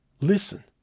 Listen